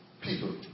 people